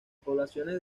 poblaciones